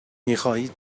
میخواهید